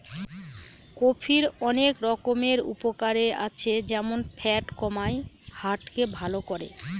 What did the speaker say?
কফির অনেক রকমের উপকারে আছে যেমন ফ্যাট কমায়, হার্ট কে ভালো করে